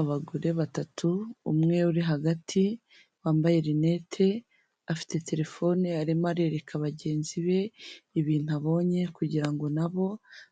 Abagore batatu, umwe uri hagati wambaye lunette afite telefone arimo arereka bagenzi be ibintu abonye kugira ngo nabo